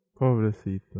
Pobrecito